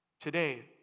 Today